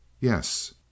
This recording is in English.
Yes